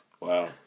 Wow